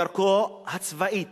דרכו הצבאית,